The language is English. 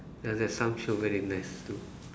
ya there's some show very nice too